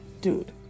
Dude